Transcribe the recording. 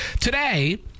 Today